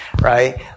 right